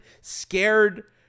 scared